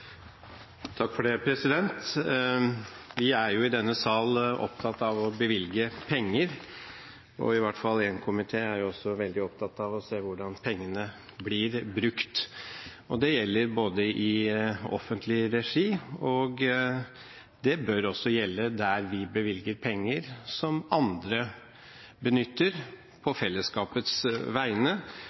jo i denne sal opptatt av å bevilge penger, og i hvert fall én komité er veldig opptatt av å se hvordan pengene blir brukt. Det gjelder både i offentlig regi og bør også gjelde der vi bevilger penger som andre benytter på fellesskapets vegne,